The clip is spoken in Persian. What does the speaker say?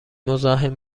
مزاحم